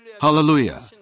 Hallelujah